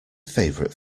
favourite